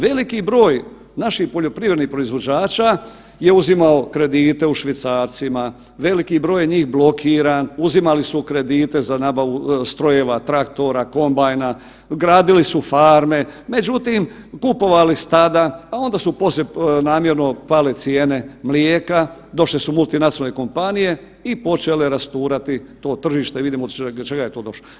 Veliki broj naših poljoprivrednih proizvođača je uzimao kredite u švicarcima, veliki broj njih je blokiran, uzimali su kredite za nabavu strojeva, traktora, kombajna, gradili su farme, međutim, kupovali stada, a onda su poslije namjerno pale cijene mlijeka, došle su multinacionalne kompanije i počele rasturati to tržište, vidimo do čega je to došlo.